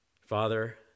Father